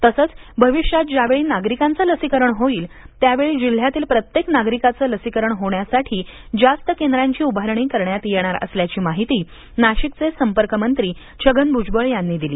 तसंच अविष्यात ज्यावेळी नागरिकांचे लसीकरण होईल त्यावेळी जिल्ह्यातील प्रत्येक नागरिकाचे लसीकरण होण्यासाठी जास्त केंद्राची उभारणी करण्यात येणार असल्याची माहिती नाशिकचे संपर्कमंत्री छगन भूजबळ यांनी दिली